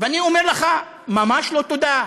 ואני אומר לך: ממש לא תודה.